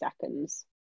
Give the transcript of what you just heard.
seconds